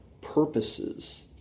purposes